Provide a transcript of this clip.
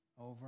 over